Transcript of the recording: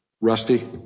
rusty